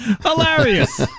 hilarious